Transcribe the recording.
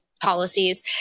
policies